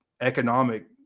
economic